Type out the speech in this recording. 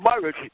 marriage